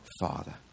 Father